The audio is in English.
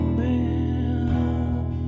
man